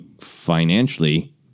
financially